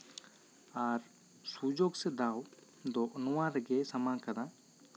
ᱟᱨ ᱥᱩᱡᱳᱜᱽ ᱥᱮ ᱫᱟᱣ ᱫᱚ ᱱᱚᱣᱟ ᱨᱮᱜᱮ ᱥᱟᱢᱟᱝ ᱠᱟᱱᱟ